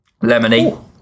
Lemony